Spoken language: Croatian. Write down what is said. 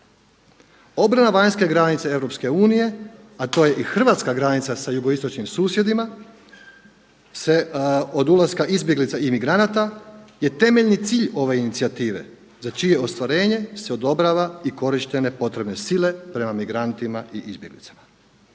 Obrana vanjske granice EU a to je i hrvatska granica sa jugoistočnim susjedima se od ulaska izbjeglica i imigranata je temeljni cilj ove inicijative za čije ostvarenje se odobrava i korištenje potrebne sile prema migrantima i izbjeglicama.